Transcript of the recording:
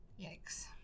Yikes